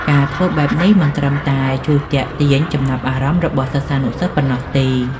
ការធ្វើបែបនេះមិនត្រឹមតែជួយទាក់ទាញចំណាប់អារម្មណ៍របស់សិស្សានុសិស្សប៉ុណ្ណោះទេ។